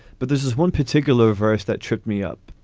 but this is one particular verse that shook me up.